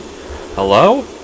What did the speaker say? Hello